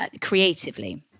creatively